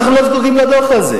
אנחנו לא זקוקים לדוח הזה.